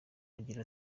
agira